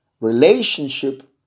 relationship